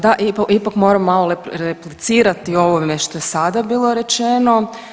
Da, ipak moramo malo replicirati o ovome što je sada bilo rečeno.